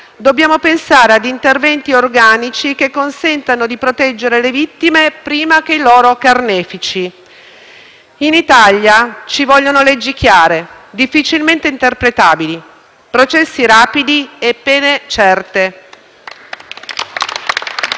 dobbiamo pensare a interventi organici, che consentano di proteggere le vittime prima che i loro carnefici. In Italia ci vogliono leggi chiare, difficilmente interpretabili, processi rapidi e pene certe.